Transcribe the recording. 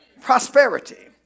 Prosperity